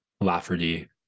Lafferty